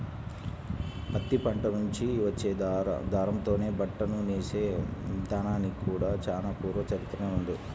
పత్తి పంట నుంచి వచ్చే దారంతోనే బట్టను నేసే ఇదానానికి కూడా చానా పూర్వ చరిత్రనే ఉంది